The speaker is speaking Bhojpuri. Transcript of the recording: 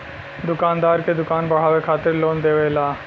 दुकानदार के दुकान बढ़ावे खातिर लोन देवेला